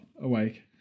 awake